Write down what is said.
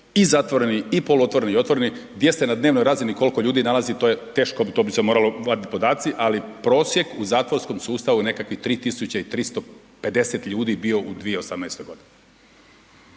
i zatvoreni i poluotvoreni i otvoreni, gdje se na dnevnoj razini koliko ljudi nalazi, to je teško, to bi se moralo vadit podaci, ali prosjek u zatvorskom sustavu je nekakvih 3350 ljudi bio u 2018. godini.